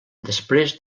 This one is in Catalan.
després